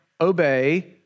obey